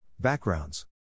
Backgrounds